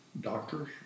doctors